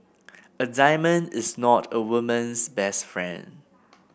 a diamond is not a woman's best friend